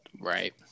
right